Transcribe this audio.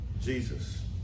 Jesus